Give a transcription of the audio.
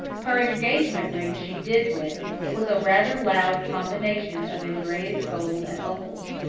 her engagement ring she did wear it was a rather loud combination of engraved gold and opals.